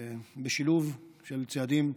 בשילוב של צעדים,